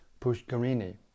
Pushkarini